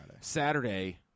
Saturday